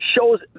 shows